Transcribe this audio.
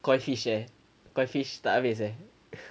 koi fish eh koi fish tak habis eh